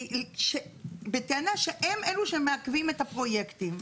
בטענה שהם אלו שמעכבים את הפרויקטים.